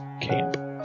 camp